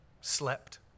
slept